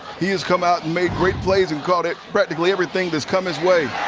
he's come out and made great plays and called it practically everything that's come his way.